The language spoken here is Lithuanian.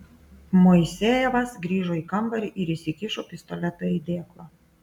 moisejevas grįžo į kambarį ir įsikišo pistoletą į dėklą